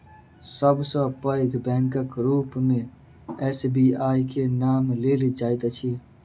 सब सॅ पैघ बैंकक रूप मे एस.बी.आई के नाम लेल जाइत अछि